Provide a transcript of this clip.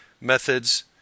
methods